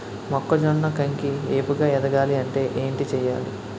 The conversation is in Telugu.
మొక్కజొన్న కంకి ఏపుగ ఎదగాలి అంటే ఏంటి చేయాలి?